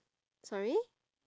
sorry